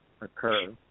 occur